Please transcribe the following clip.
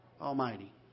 Almighty